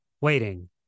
Waiting